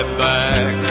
back